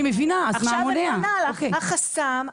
אני מבינה את התוכנית של ה-900 מיליון,